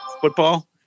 football